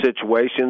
situations